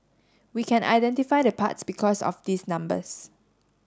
we can identify the parts because of these numbers